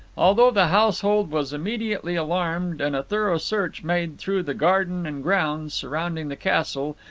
although the household was immediately alarmed and a thorough search made through the garden and grounds surrounding the castle,